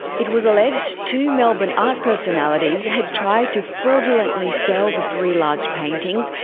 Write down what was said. it was alleged two melbourne art personalities had tried to fraudulently sell the three large paintings,